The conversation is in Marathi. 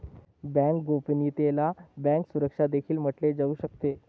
बँक गोपनीयतेला बँक सुरक्षा देखील म्हटले जाऊ शकते